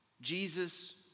Jesus